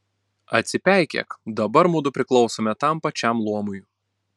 atsipeikėk dabar mudu priklausome tam pačiam luomui